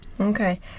Okay